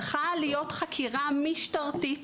צריכה להיות חקירה משטרתית